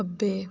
ਖੱਬੇ